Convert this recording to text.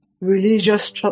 religious